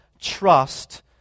trust